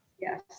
Yes